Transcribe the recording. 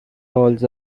halls